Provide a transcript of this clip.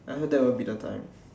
I heard that will be the time